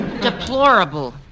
Deplorable